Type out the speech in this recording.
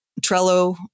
Trello